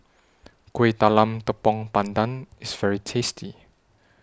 Kuih Talam Tepong Pandan IS very tasty